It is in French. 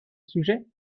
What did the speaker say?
sujet